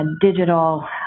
digital